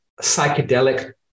psychedelic